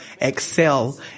excel